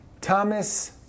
Thomas